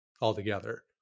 altogether